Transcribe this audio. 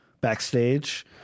backstage